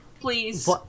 please